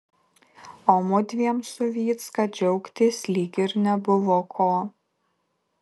o mudviem su vycka džiaugtis lyg ir nebuvo ko